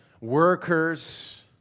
workers